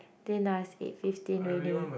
think now it's eight fifteen already